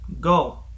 Go